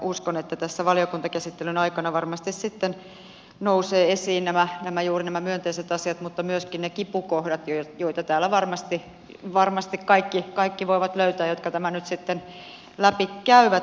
uskon että tässä valiokuntakäsittelyn aikana varmasti sitten nousevat esiin juuri nämä myönteiset asiat mutta myöskin ne kipukohdat joita täältä varmasti voivat löytää kaikki jotka tämän nyt sitten läpikäyvät